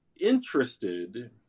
interested